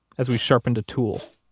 as we sharpened a tool.